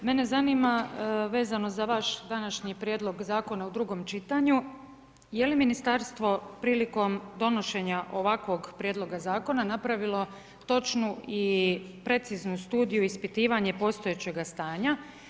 Mene zanima vezano za vaš današnji prijedlog zakona u drugom čitanju je li ministarstvo prilikom donošenja ovakvog prijedloga zakona napravilo točnu i preciznu studiju ispitivanje postojećega stanja.